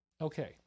Okay